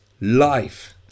life